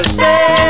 say